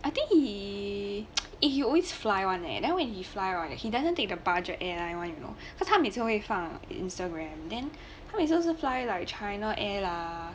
I think he he always fly [one] leh then when he fly right he doesn't think the budget airline [one] you know 他每次会放 instagram then 他每次 fly like China air lah